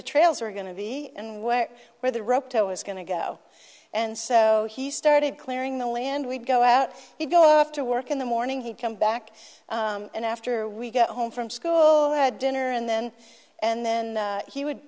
the trails are going to be and where where the roto is going to go and so he started clearing the land we'd go out he'd go off to work in the morning he'd come back and after we got home from school had dinner and then and then he would